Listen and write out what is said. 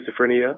schizophrenia